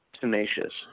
tenacious